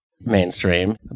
mainstream